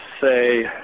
say